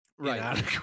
Right